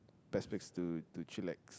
best place to to chillax